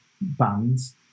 bands